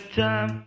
time